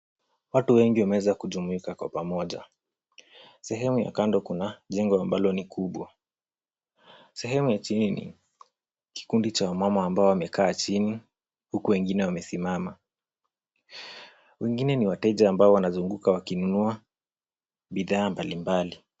Watu wengi wameweza kujumuika kwa pamoja. Sehemu ya kando kuna jengo ambalo ni kubwa. Sehemu ya chini, kikundi cha wamama ambao wamekaa chini huku wengine wamesimama. Wengine ni wateja ambao wanazunguka wakinunua bidhaa mbalimbali.